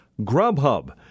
Grubhub